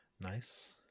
Nice